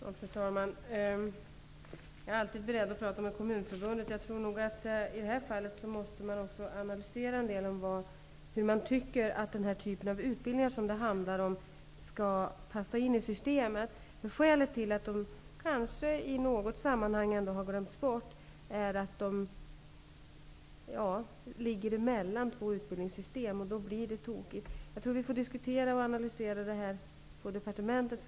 Fru talman! Jag är alltid beredd att prata med Kommunförbundet. I det här fallet tror jag nog att man också måste analysera hur man tycker att den typ av utbildningar som det handlar skall passa in i systemet. Skälet till att dessa kurser i något sammanhang ändå har glömts bort är att de ligger emellan två utbildningssystem. Då blir det tokigt. Jag tror att vi först får diskutera och analysera detta på departementet.